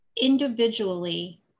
Individually